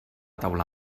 taula